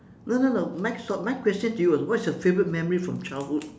no no no my was my question to you was what's your favourite memory from childhood